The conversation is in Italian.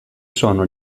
sono